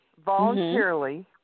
voluntarily